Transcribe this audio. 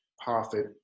profit